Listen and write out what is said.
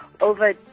over